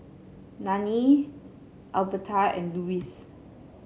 Nanie Alberta and Louis